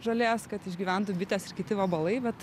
žolės kad išgyventų bitės ir kiti vabalai vat